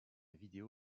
vidéo